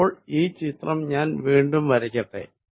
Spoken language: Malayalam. അപ്പോൾ ഈ ചിത്രം വീണ്ടും ഞാൻ വരയ്ക്കട്ടെ